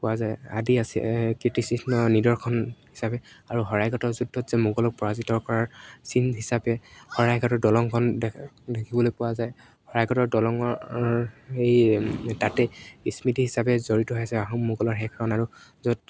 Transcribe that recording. পোৱা যায় আদি আছে কীৰ্তিচিহ্ন নিদৰ্শন হিচাপে আৰু শৰাইঘাটৰ যুদ্ধত যে মোগলক পৰাজিত কৰাৰ চিন হিচাপে শৰাইঘাটৰ দলংখন দেখা দেখিবলৈ পোৱা যায় শৰাইঘাটৰ দলঙৰ এই তাতে স্মৃতি হিচাপে জড়িত হৈ আছে আহোম মোগলৰ শেষ ৰণ আৰু য'ত